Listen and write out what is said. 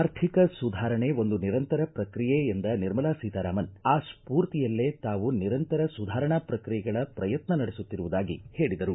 ಆರ್ಥಿಕ ಸುಧಾರಣೆ ಒಂದು ನಿರಂತರ ಪ್ರಕ್ರಿಯೆ ಎಂದ ನಿರ್ಮಲಾ ಸೀತಾರಾಮನ್ ಆ ಸ್ಪೂರ್ತಿಯಲ್ಲೇ ತಾವು ನಿರಂತರ ಸುಧಾರಣಾ ಪ್ರಕ್ರಿಯೆಗಳ ಪ್ರಯತ್ನ ನಡೆಸುತ್ತಿರುವುದಾಗಿ ಹೇಳಿದರು